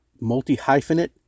multi-hyphenate